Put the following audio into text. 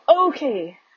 Okay